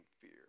fear